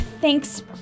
Thanks